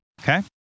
Okay